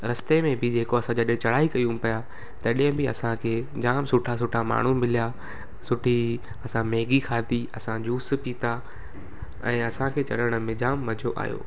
रस्ते में बि जेको असां जॾहिं चढ़ाई कयूं पिया तॾहिं बि असांखे जाम सुठा सुठा माण्हू मिलिया सुठी असां मैगी खाधी असां जूस पीता ऐं असांखे चढ़ण में जाम मज़ो आयो